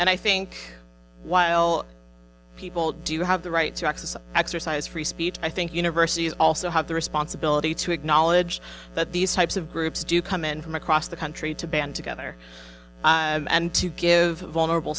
and i think while people do you have the right to exercise exercise free speech i think universities also have the responsibility to acknowledge that these types of groups do come in from across the country to band together and to give vulnerable